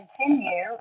continue